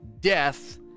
death